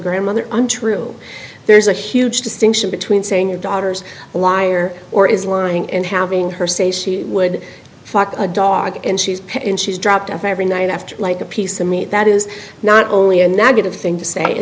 grandmother untrue there's a huge distinction between saying your daughter's a liar or is lying and having her say she would fuck a dog and she's in she's dropped off every night after like a piece of meat that is not only a negative thing to say